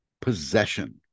possession